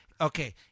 Okay